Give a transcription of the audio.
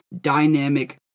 dynamic